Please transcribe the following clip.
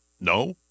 No